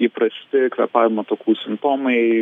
įprasti kvėpavimo takų simptomai